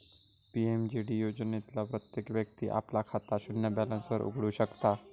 PMJD योजनेतना प्रत्येक व्यक्ती आपला खाता शून्य बॅलेंस वर उघडु शकता